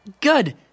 Good